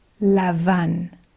lavan